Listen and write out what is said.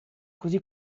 così